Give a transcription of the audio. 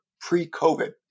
pre-COVID